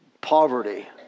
poverty